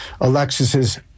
Alexis's